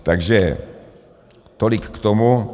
Takže tolik k tomu.